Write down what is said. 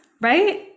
right